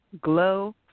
Glow